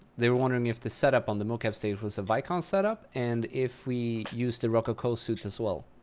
they were wondering if the setup on the mocap stage was a vicon setup, and if we used the rokoko suits as well.